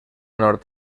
nord